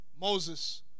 Moses